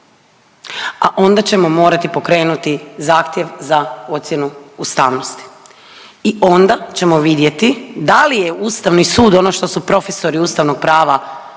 a onda ćemo morati pokrenuti zahtjev za ocjenu ustavnosti i onda ćemo vidjeti da li je Ustavni sud ono što su profesori ustavnog prava